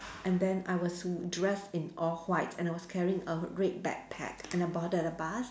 and then I was dress in all white and I was carrying a red bag pack and I boarded a bus